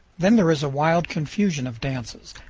then there is a wild confusion of dances,